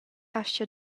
astga